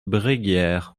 bréguières